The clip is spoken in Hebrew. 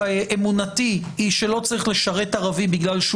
אמונתי היא שלא צריך לשרת ערבי בגלל שהוא